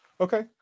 Okay